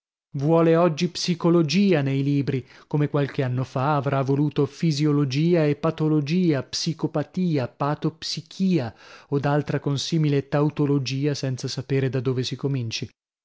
vuole oggi psicologia nei libri come qualche anno fa avrà voluto fisiologia e patologia psicopatia patopsichia od altra consimile tautologia senza sapere da dove si cominci